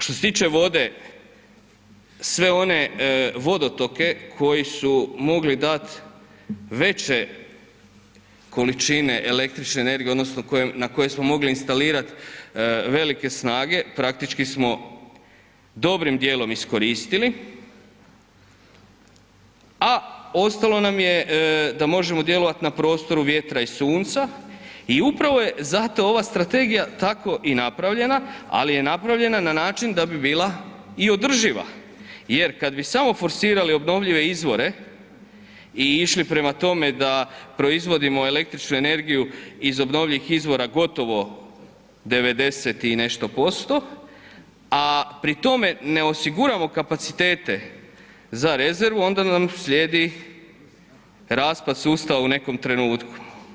Što se tiče vode, sve one vodotoke koji su mogli dat veće količine električne energije odnosno na koje smo mogli instalirati velike snage, praktički smo dobrim djelom iskoristili, a ostalo nam je da možemo djelovati na prostoru vjetra i sunca i upravo je zato ova strategija tako i napravljena ali je napravljena na način da bi bila i održiva jer kad bi samo forsirali obnovljive izvore i išli prema tome da proizvodimo električnu energiju iz obnovljivih izvora gotovo 90 i nešto posto a pri tome ne osiguramo kapacitete za rezervu, onda nam slijedi raspad sustava u nekom trenutku.